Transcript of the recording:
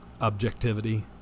objectivity